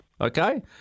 Okay